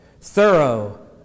thorough